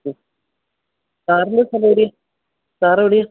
മ് സാറിൻ്റെ സ്ഥലം എവിടെയാണ് സാർ എവിടെയാണ്